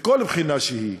מכל בחינה שהיא,